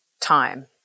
time